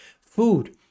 Food